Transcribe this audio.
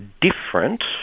different